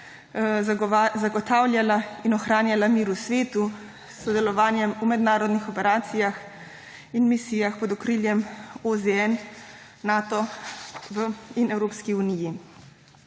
zagotavljala in ohranjala mir v svetu s sodelovanjem v mednarodnih operacijah in misijah pod okriljem OZN, Nata in Evropske unije.